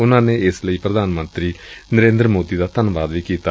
ਉਨੂਾ ਨੇ ਏਸ ਲਈ ਪ੍ਰਧਾਨ ਮੰਤਰੀ ਨਰੇਂਦਰ ਮੋਦੀ ਦਾ ਧੰਨਵਾਦ ਵੀ ਕੀਤਾ